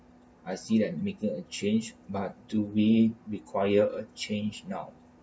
I see that making a change but do we require a change now